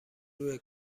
روی